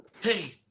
hey